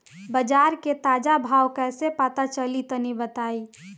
बाजार के ताजा भाव कैसे पता चली तनी बताई?